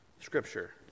scripture